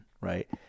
right